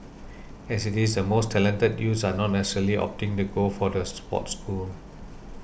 as it is the most talented youth are not necessarily opting to go the sports school